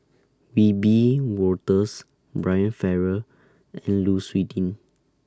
Wiebe Wolters Brian Farrell and Lu Suitin